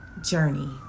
Journey